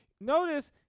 Notice